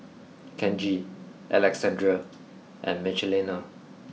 Kenji Alexandrea and Michelina